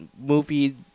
movie